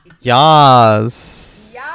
Yas